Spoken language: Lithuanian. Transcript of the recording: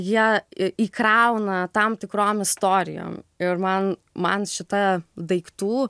jie įkrauna tam tikrom istorijom ir man man šita daiktų